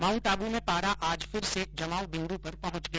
माउंटआबू में पारा आज फिर से जमाव बिन्द् पर पहुंच गया